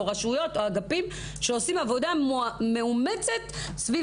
רשויות או אגפים שעושים עבודה מאומצת סביב